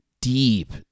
deep